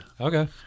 Okay